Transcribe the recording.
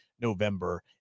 November